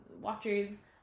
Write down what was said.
watchers